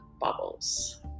bubbles